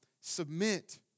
submit